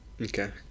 Okay